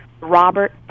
Robert